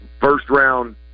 first-round